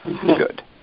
Good